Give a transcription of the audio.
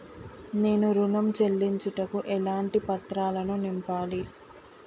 నేను ఋణం చెల్లించుటకు ఎలాంటి పత్రాలను నింపాలి?